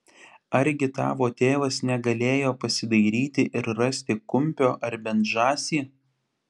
argi tavo tėvas negalėjo pasidairyti ir rasti kumpio ar bent žąsį